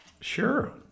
Sure